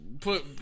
put